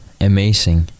amazing